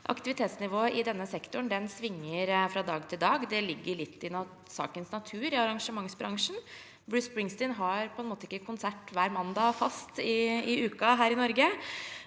Aktivitetsnivået i denne sektoren svinger fra dag til dag. Det ligger litt i sakens natur i arrangementsbransjen – Bruce Springsteen har ikke konsert fast hver mandag i uken her i Norge.